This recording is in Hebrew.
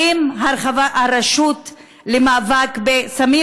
האם הרשות למאבק בסמים,